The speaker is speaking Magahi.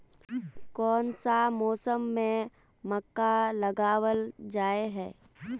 कोन सा मौसम में मक्का लगावल जाय है?